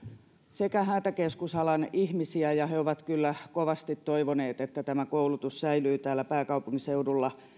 sekä hätäkeskusalan ihmisiä ja he ovat kyllä kovasti toivoneet että tämä koulutus säilyy täällä pääkaupunkiseudulla